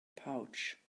pouch